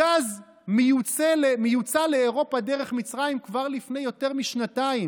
הגז יוצא לאירופה דרך מצרים כבר לפני יותר משנתיים.